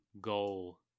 goal